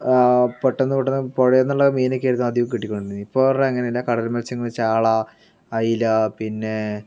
പെട്ടന്ന് പെട്ടന്ന് പുഴയിൽ നിന്നുള്ള മീനൊക്കെയായിരുന്നു ആദ്യം കിട്ടിക്കൊണ്ടിരുന്നത് ഇപ്പോൾ പറഞ്ഞാൽ അങ്ങനെയല്ല കടൽ മത്സ്യങ്ങള് ചാള അയല പിന്നെ